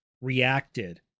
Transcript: reacted